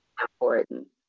important